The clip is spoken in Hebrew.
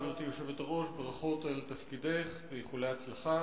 גברתי היושבת-ראש, ברכות על תפקידך ואיחולי הצלחה.